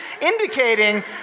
indicating